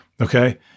Okay